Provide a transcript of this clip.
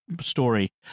story